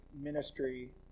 Ministry